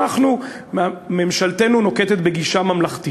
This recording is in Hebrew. אנחנו, ממשלתנו נוקטת גישה ממלכתית.